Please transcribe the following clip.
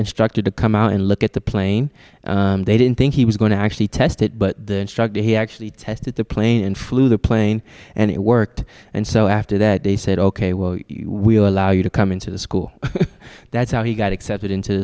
instructor to come out and look at the plane they didn't think he was going to actually test it but the instructor he actually tested the plane and flew the plane and it worked and so after that they said ok we're we're allow you to come into the school that's how he got accepted into